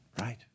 right